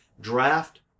draft